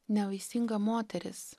nevaisinga moteris